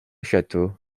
château